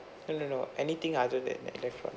uh no no anything other than electronics